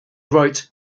wrote